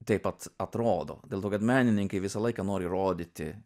taip pat atrodo dėl to kad menininkai visą laiką nori rodyti